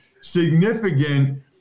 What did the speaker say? significant